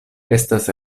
estas